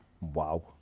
wow